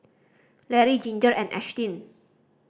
Larry Ginger and Ashtyn